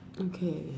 okay